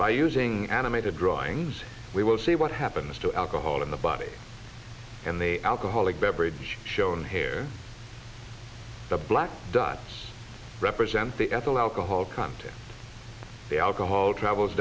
by using animated drawings we will see what happens to alcohol in the body and the alcoholic beverage shown here the black dots represent the ethyl alcohol content the alcohol travels